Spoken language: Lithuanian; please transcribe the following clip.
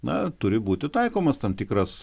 na turi būti taikomas tam tikras